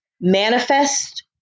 manifest